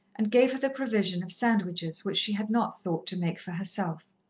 and gave her the provision of sandwiches which she had not thought to make for herself.